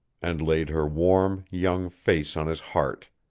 and laid her warm, young face on his heart,